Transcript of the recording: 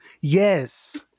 Yes